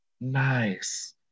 nice